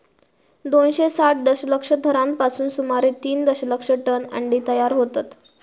दोनशे साठ दशलक्ष थरांपासून सुमारे तीन दशलक्ष टन अंडी तयार होतत